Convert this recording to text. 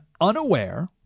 unaware